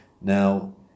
Now